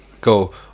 Go